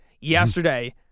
Yesterday